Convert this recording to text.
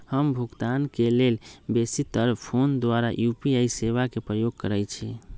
हम भुगतान के लेल बेशी तर् फोन द्वारा यू.पी.आई सेवा के प्रयोग करैछि